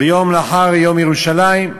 ביום שלאחר יום ירושלים,